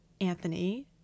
anthony